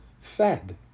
fed